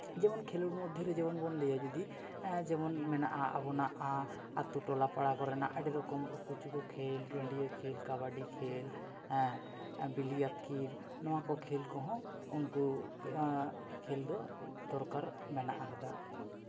ᱡᱮᱢᱚᱱ ᱠᱷᱮᱞᱳᱰ ᱢᱚᱫᱽᱫᱷᱮᱨᱮ ᱡᱮᱢᱚᱱ ᱵᱚᱱ ᱞᱟᱹᱭᱟ ᱡᱩᱫᱤ ᱡᱮᱢᱚᱱ ᱢᱮᱱᱟᱜᱼᱟ ᱟᱵᱚᱱᱟᱜ ᱟᱹᱛᱩ ᱴᱚᱞᱟ ᱯᱟᱲᱟ ᱠᱚᱨᱮᱱᱟᱜ ᱟᱹᱰᱤ ᱨᱚᱠᱚᱢ ᱩᱠᱩ ᱪᱩᱠᱩ ᱠᱷᱮᱞ ᱰᱟᱹᱰᱭᱟᱹ ᱠᱷᱮᱞ ᱠᱟᱵᱟᱰᱤ ᱠᱷᱮᱞ ᱵᱤᱞᱤ ᱟᱹᱛᱠᱤᱨ ᱱᱚᱣᱟ ᱠᱚ ᱠᱷᱮᱞ ᱠᱚᱦᱚᱸ ᱩᱱᱠᱩ ᱠᱷᱮᱞ ᱫᱚ ᱫᱚᱨᱠᱟᱨ ᱢᱮᱱᱟᱜ ᱠᱟᱫᱟ